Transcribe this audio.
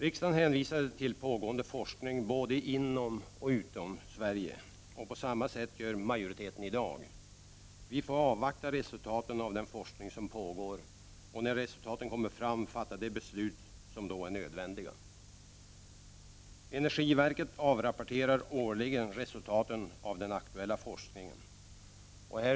Riksdagen hänvisade till pågående forskning både inom och utom Sverige. På samma sätt gör majoriteten i dag. Vi får avvakta resultatet av den forskning som pågår och när resultatet kommer fram fatta de beslut som då är nödvändiga. Energiverket avrapporterar årligen resultaten av den aktuella forskningen.